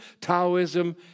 Taoism